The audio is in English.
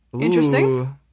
Interesting